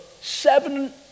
seven